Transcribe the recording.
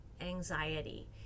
anxiety